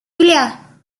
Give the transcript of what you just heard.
julia